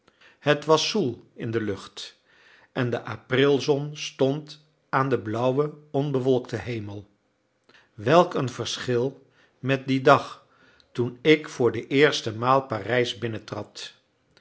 het was zoel in de lucht en de aprilzon stond aan den blauwen onbewolkten hemel welk een verschil met dien dag toen ik voor de eerste maal parijs